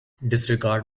disregard